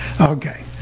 Okay